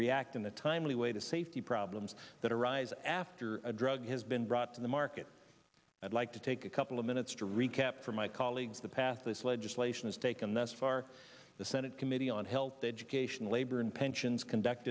react in a timely way to safety problems that arise after a drug has been brought to the market i'd like to take a couple of minutes to recap for my colleagues the path this legislation is taking that's far the senate committee on health education labor and pensions conduct